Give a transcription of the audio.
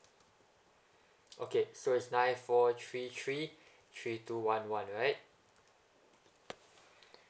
okay so is nine four three three three two one one right